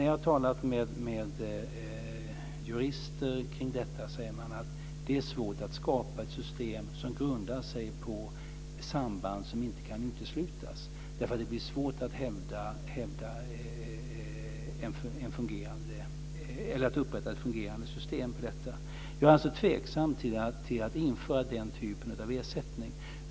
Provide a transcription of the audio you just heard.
Jag har talat med jurister kring detta. De säger att det är svårt att skapa ett fungerande system som grundar sig på samband som inte kan uteslutas. Jag är alltså tveksam till att införa den typen av ersättning.